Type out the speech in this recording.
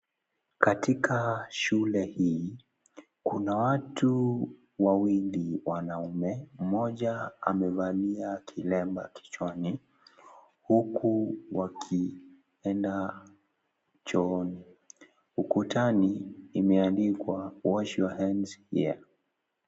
Katika shule hii kuna watu wawili wanaume mmoja amevalia kilemba kichwani huku wakienda chooni ukutani imeandikwa wash your hands here .